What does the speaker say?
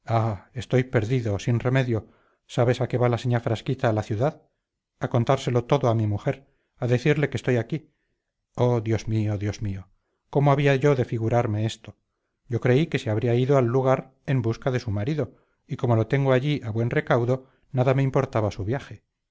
estoy perdido sin remedio sabes a qué va la señá frasquita a la ciudad a contárselo todo a mi mujer a decirle que estoy aquí oh dios mío cómo había yo de figurarme esto yo creí que se habría ido al lugar en busca de su marido y como lo tengo allí a buen recaudo nada me importaba su viaje